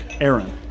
Aaron